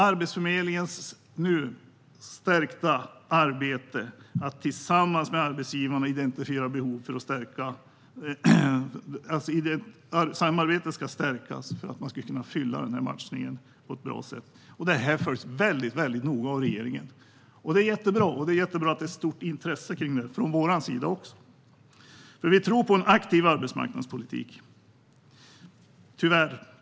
Arbetsförmedlingens samarbete med arbetsgivarna ska stärkas för att man ska kunna uppfylla matchningen på ett bra sätt. Detta arbete följs noga av regeringen. Det är jättebra, och det är jättebra att det också finns ett stort intresse från vår sida när det gäller detta. Vi tror på en aktiv arbetsmarknadspolitik.